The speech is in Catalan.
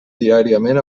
diàriament